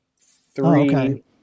three